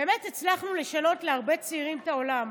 באמת הצלחנו לשנות להרבה צעירים את העולם,